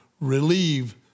relieve